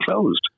closed